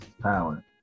power